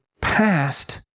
past